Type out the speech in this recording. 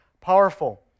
powerful